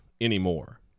anymore